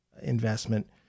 investment